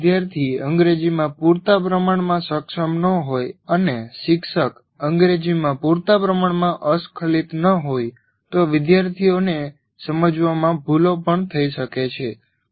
જો વિદ્યાર્થી અંગ્રેજીમાં પૂરતા પ્રમાણમાં સક્ષમ ન હોય અને શિક્ષક અંગ્રેજીમાં પૂરતા પ્રમાણમાં અસ્ખલિત ન હોય તો વિદ્યાર્થીઓને સમજવામાં ભૂલો પણ થઈ શકે છે